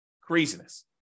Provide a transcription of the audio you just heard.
Craziness